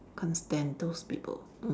can't stand those people mm